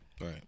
Right